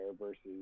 versus